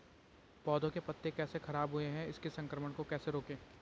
पौधों के पत्ते कैसे खराब हुए हैं इस संक्रमण को कैसे रोकें?